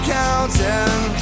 counting